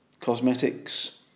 cosmetics